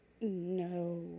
No